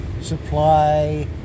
supply